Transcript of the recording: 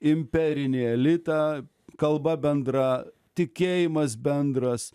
imperinį elitą kalba bendra tikėjimas bendras